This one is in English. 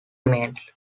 remains